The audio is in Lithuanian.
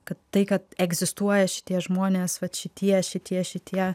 kad tai kad egzistuoja šitie žmonės vat šitie šitie šitie